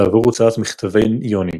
בעבור הוצאת מכתבי יוני.